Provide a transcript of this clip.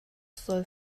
soll